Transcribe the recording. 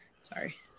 sorry